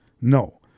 No